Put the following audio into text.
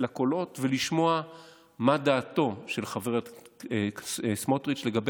לקולות ולשמוע מה דעתו של חבר הכנסת סמוטריץ' לגבי